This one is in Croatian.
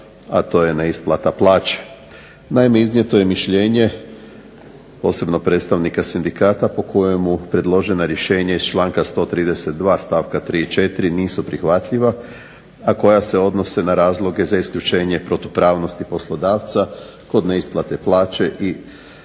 a to je neisplata plaća. Naime iznijeto je mišljenje, posebno predstavnika sindikata po kojemu predložena rješenja iz članka 132. stavka 3. i 4. nisu prihvatljiva, a koja se odnose na razloge za isključenje protupravnosti poslodavca kod neisplate plaće i